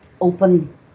open